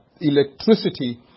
electricity